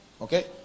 Okay